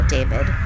David